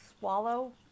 swallow